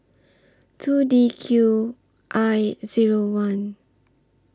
two D Q I Zero one